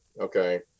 Okay